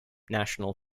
national